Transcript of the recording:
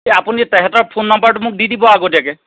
তেতিয়া আপুনি তেহেঁতৰ ফোন নম্বৰটো মোক দি দিব আগতীয়াকৈ